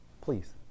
please